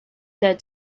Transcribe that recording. said